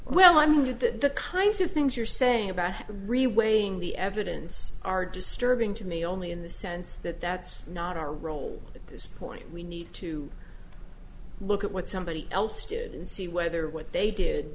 that the kinds of things you're saying about him re weighing the evidence are disturbing to me only in the sense that that's not our role at this point we need to look at what somebody else did and see whether what they did